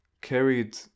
carried